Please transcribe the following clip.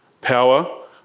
power